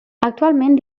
actualment